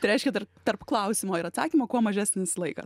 tai reiškia tar tarp klausimo ir atsakymo kuo mažesnis laikas